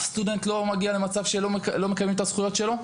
אף סטודנט לא מגיע למצב שלא מקיימים את הזכויות שלו?